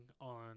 on